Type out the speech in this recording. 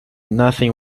nothing